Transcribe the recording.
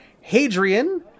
Hadrian